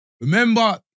Remember